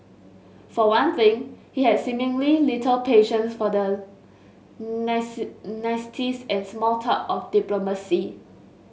for one thing he had seemingly little patience for the niceties and small talk of diplomacy